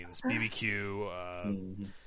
BBQ